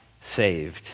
saved